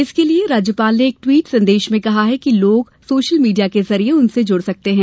इसके लिये राज्यपाल ने एक ट्वीट संदेश में कहा है कि लोग सोशल मीडिया के जरिये उनसे जुड़ सकते हैं